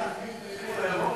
אתה רוצה להחריב את האיחוד האירופי?